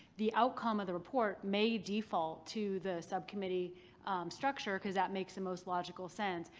the outcome of the report may default to the subcommittee structure, because that makes the most logical sense,